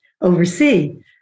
oversee